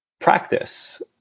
practice